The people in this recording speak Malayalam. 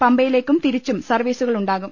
പമ്പയിലേക്കും തിരിച്ചും സർവീസുകളുണ്ടാകും